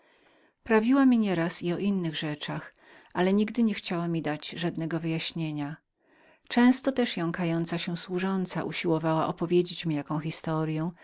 prawiła mi nie raz i o innych rzeczach ale nigdy niechciała mi dać żadnego wyjaśnienia często też jąkliwa służąca usiłowała opowiedzieć mi jaką historyę